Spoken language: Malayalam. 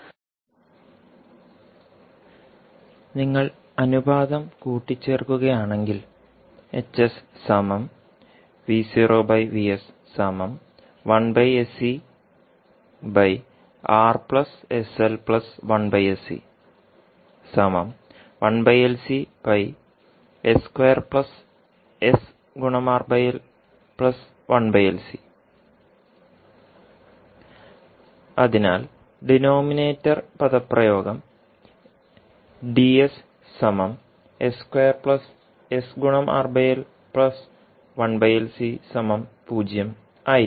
9നിങ്ങൾ അനുപാതം കൂട്ടിച്ചേർക്കുകയാണെങ്കിൽ അതിനാൽ ഡിനോമിനേറ്റർ പദപ്രയോഗം ആയിരിക്കും